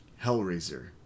Hellraiser